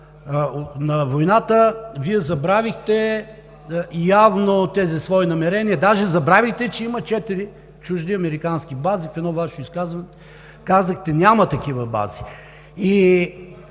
на войната, Вие забравихте явно тези свои намерения, даже забравихте, че има четири чужди американски бази. В едно Ваше изказване казахте: „Няма такива бази.“